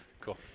Cool